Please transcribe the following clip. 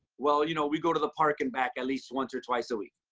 well, you know, we go to the park and back at least once or twice a week.